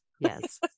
Yes